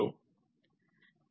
नंतर पुन्हा कूलिंग होते